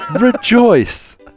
Rejoice